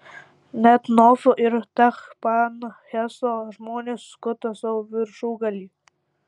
net nofo ir tachpanheso žmonės skuta savo viršugalvį